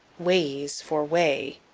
ways for way.